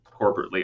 corporately